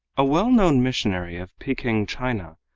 a well known missionary of peking, china,